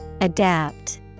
Adapt